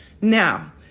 now